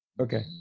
Okay